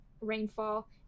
rainfall